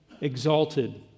exalted